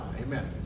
Amen